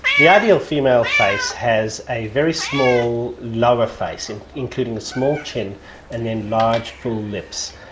the ideal female face has a very small lower face, and including a small chin and then large, full lips.